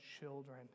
children